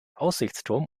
aussichtsturm